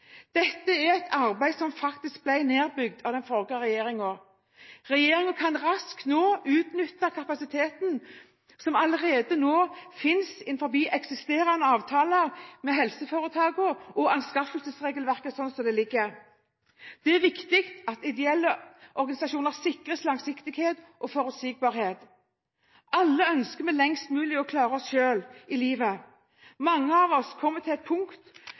Dette er et arbeid som ble nedbygd av den forrige regjeringen. Regjeringen kan raskt nå utnytte kapasiteten som allerede finnes innenfor eksisterende avtaler med helseforetakene, og innenfor anskaffelsesregelverket slik som det ligger. Det er viktig at ideelle aktører sikres langsiktighet og forutsigbarhet. Alle ønsker vi lengst mulig å klare oss selv i livet, men mange av oss kommer til et punkt